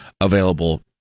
available